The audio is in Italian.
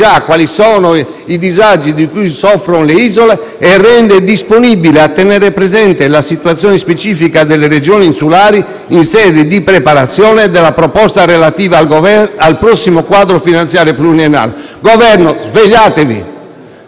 già i disagi di cui soffrono le isole e invita a tenere presente la situazione specifica delle Regioni insulari in sede di preparazione della proposta relativa al prossimo quadro finanziario pluriennale. Membri del Governo, svegliatevi!